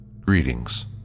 Greetings